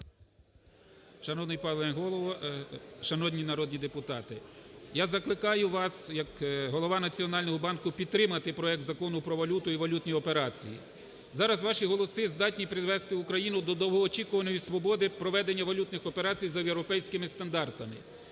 Шановний пане Голово! Шановні народні депутати! Я закликаю вас як голова Національного банку підтримати проект Закону про валюту і валютні операції. Зараз ваші голоси здатні привести Україну до довгоочікуваної свободи проведення валютних операцій за європейськими стандартами.